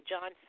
John